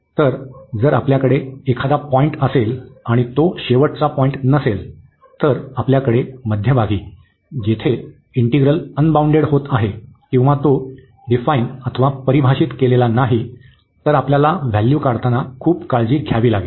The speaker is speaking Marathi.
तर जर आपल्याकडे एखादा पॉईंट असेल आणि तो शेवटचा पॉईंट नसेल तर आपल्याकडे मध्यभागी जेथे इंटिग्रल अनबाउंडेड होत आहे किंवा तो परिभाषित केलेला नाही तर आपल्याला व्हॅल्यू काढताना खूप काळजी घ्यावी लागेल